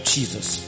Jesus